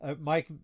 Mike